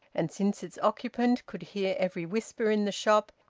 and since its occupant could hear every whisper in the shop,